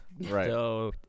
Right